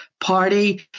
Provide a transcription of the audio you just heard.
party